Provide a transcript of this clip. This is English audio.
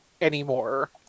anymore